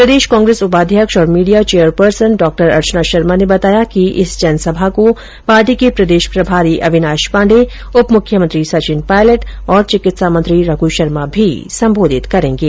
प्रदेश कांग्रेस उपाध्यक्ष और media chairperson डॉ अर्चना शर्मा ने बताया इस जनसभा को पार्टी के प्रदेश प्रभारी अविनाश पाण्डे उप मुख्यमंत्री सचिन पायलट और चिकित्सा मंत्री रघु शर्मा भी संबोधित करेंगे